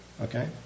Okay